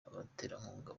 abaterankunga